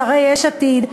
שרי יש עתיד,